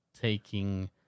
taking